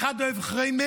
אחד אוהב חריימה,